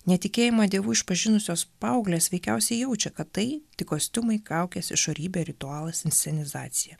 netikėjimą dievu išpažinusios paauglės veikiausiai jaučia kad tai tik kostiumai kaukės išorybė ritualas inscenizacija